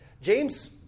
James